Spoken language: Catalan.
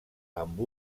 amb